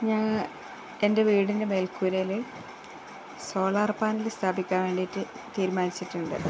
ഞാന് എൻ്റെ വീടിൻ്റെ മേൽക്കൂരയില് സോളാർ പാനൽ സ്ഥാപിക്കാൻ വേണ്ടിയിട്ടു തീരുമാനിച്ചിട്ടുണ്ട്